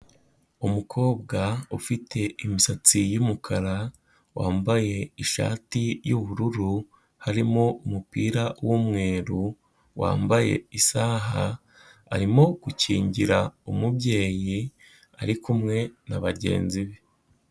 Umukobwa ufite imisatsi y'umukara, wambaye ishati y'ubururu, harimo umupira w'umweru, wambaye isaha arimo gukingira umubyeyi ari kumwe na bagenzi be.